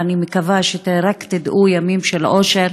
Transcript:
ואני מקווה שתדעו רק ימים של אושר